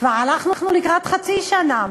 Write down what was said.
כבר הלכנו לקראת חצי שנה.